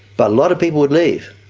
but a lot of people would leave.